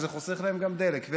וזה חוסך להם גם דלק.